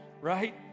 right